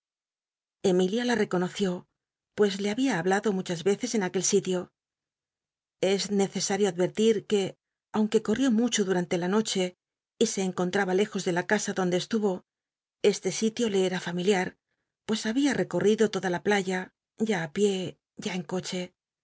emilia la rcconociú pncs le habia hablado muchas veces en ar ncl sitio es necesario advettir que aunque corrió mucho dumn lc la noche r se encontraba lejos de la casa donde estuvo este sitio le era faoda la playa ya ú miliar pues habia rccortido l pié ya en coche